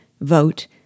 vote